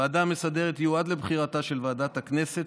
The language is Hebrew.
עד לבחירתה של ועדת הכנסת,